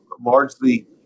largely